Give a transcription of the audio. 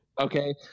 okay